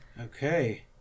Okay